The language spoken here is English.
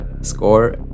score